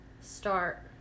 start